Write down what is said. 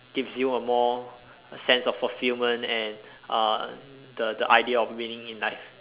gives you a more sense of fulfilment and uh the the idea of winning in life